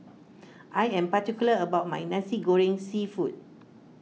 I am particular about my Nasi Goreng Seafood